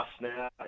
now